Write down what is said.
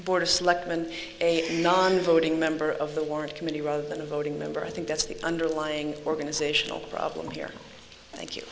border selectman a non voting member of the ward committee rather than a voting member i think that's the underlying organizational problem here thank you